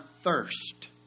thirst